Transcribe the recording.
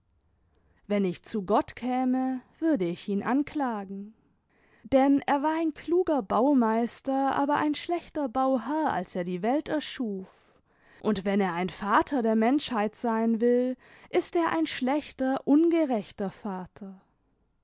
wenn ich zu gott käme würde ich ihn anklagen denn er war ein kluger baumeister aber ein schlechter bauherr als er die welt erschuf und wenn er ein vater der menschheit sein will ist er ein schlechter ungerechter vater